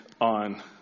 on